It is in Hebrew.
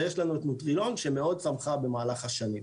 ויש לנו את נוטרילון שמאוד צמחה במהלך השנים,